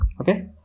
Okay